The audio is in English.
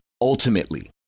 ultimately